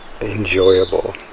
enjoyable